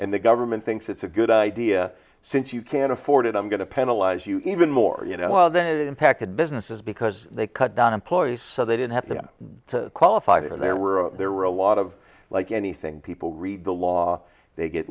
and the government thinks it's a good idea since you can't afford it i'm going to penalize you even more you know that impacted businesses because they cut down employees so they didn't have them to qualify that and there were there were a lot of like anything people read the law they get